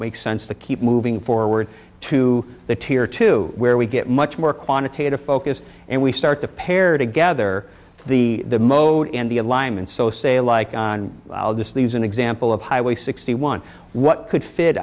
makes sense to keep moving forward to the tear to where we get much more quantitative focus and we start to pair together the mode and the alignment so say like on the sleeves an example of highway sixty one what could fit